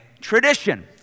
tradition